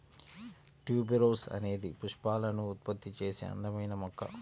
tuberose అనేది పుష్పాలను ఉత్పత్తి చేసే అందమైన మొక్క